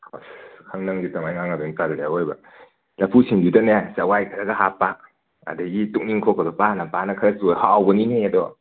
ꯈꯪꯗꯦ ꯅꯪꯁꯦ ꯀꯃꯥꯏꯅ ꯉꯥꯡꯅꯗꯣꯏꯅꯣ ꯇꯜꯂꯦ ꯑꯑꯣꯏꯕ ꯂꯐꯨ ꯁꯤꯡꯖꯨꯗꯅꯦ ꯆꯋꯥꯏ ꯈꯔꯒ ꯍꯥꯞꯄ ꯑꯗꯒꯤ ꯇꯣꯛꯅꯤꯡꯈꯣꯛꯒꯗꯣ ꯄꯥꯅ ꯄꯥꯅ ꯈꯔꯁꯨ ꯍꯥꯎꯕꯅꯤꯅꯦ ꯑꯗꯣ